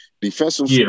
defensive